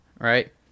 right